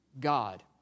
God